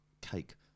Cake